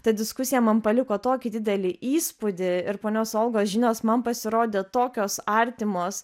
ta diskusija man paliko tokį didelį įspūdį ir ponios olgos žinios man pasirodė tokios artimos